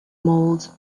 molds